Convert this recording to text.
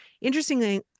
interestingly